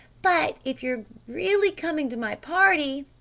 but if you're really coming to my party,